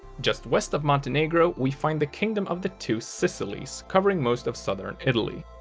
just west of montenegro, we find the kingdom of the two sicilies, covering most of southern italy.